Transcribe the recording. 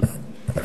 תודה.